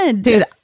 dude